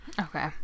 Okay